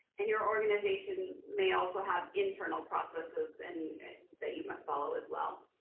and your organization may also have internal processes and that you must follow as well.